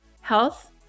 health